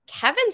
Kevin